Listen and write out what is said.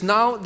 Now